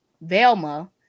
Velma